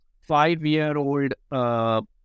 five-year-old